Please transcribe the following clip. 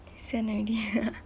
send already